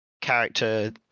character